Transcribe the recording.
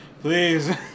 Please